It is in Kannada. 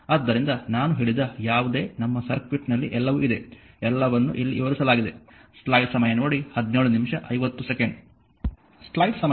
ಆದ್ದರಿಂದ ನಾನು ಹೇಳಿದ ಯಾವುದೇ ನಮ್ಮ ಸರ್ಕ್ಯೂಟ್ನಲ್ಲಿ ಎಲ್ಲವೂ ಇದೆ ಎಲ್ಲವನ್ನೂ ಇಲ್ಲಿ ವಿವರಿಸಲಾಗಿದೆ